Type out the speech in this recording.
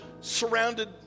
surrounded